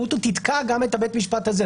תתקע גם את בית המשפט הזה?